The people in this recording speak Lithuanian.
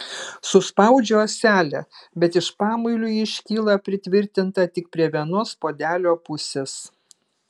suspaudžiu ąselę bet iš pamuilių ji iškyla pritvirtinta tik prie vienos puodelio pusės